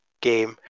game